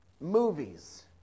movies